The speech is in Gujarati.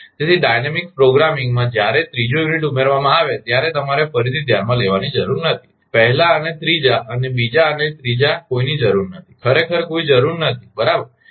તેથી ડાયનેમિક પ્રોગ્રામિંગમાં જ્યારે ત્રીજો યુનિટ ઉમેરવામાં આવે ત્યારે તમારે ફરીથી ધ્યાનમાં લેવાની જરૂર નથી પહેલા અને ત્રીજા અને બીજા અને ત્રીજા કોઈની જરૂર નથી ખરેખર કોઈ જરૂર નથી બરાબર